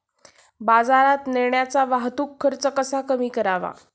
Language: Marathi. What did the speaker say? बाजारात नेण्याचा वाहतूक खर्च कसा कमी करावा?